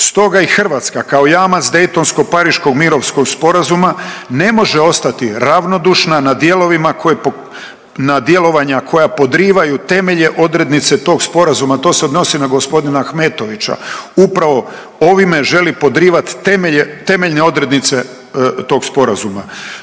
Stoga i Hrvatska kao jamac Daytonsko-pariškog mirovnog sporazuma ne može ostati ravnodušna na djelovanja koja podrivaju temelje odrednice tog sporazuma. To se odnosi na gospodina Ahmetovića. Upravo ovime želi podrivati temeljne odrednice tog sporazuma.